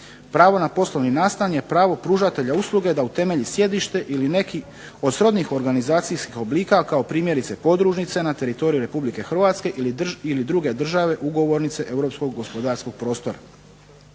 Pravo na poslovni nastan je pravo pružatelja usluge da utemelji sjedište ili neki od srodnih organizacijskih oblika kao primjerice podružnice na teritoriju Republike Hrvatske ili druge države ugovornice europskog gospodarskog prostora.